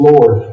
Lord